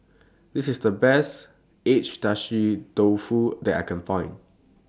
This IS The Best Agedashi Dofu that I Can Find